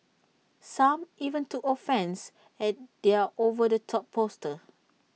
some even took offence at their over the top poster